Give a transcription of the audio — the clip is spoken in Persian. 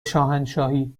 شاهنشاهی